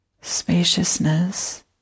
spaciousness